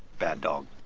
bad dog.